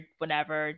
whenever